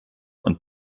und